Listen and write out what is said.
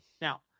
now